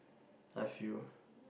I feel